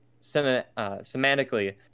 semantically